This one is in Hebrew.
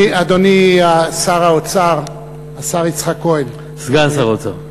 אדוני שר האוצר, השר יצחק כהן, סגן שר האוצר.